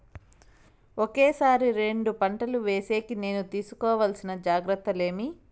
ఒకే సారి రెండు పంటలు వేసేకి నేను తీసుకోవాల్సిన జాగ్రత్తలు ఏమి?